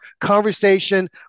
conversation